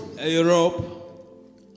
Europe